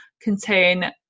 contain